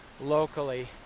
locally